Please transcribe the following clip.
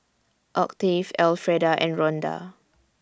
Octave Alfreda and Ronda